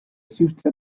siwtio